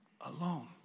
alone